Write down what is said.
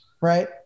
Right